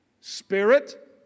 spirit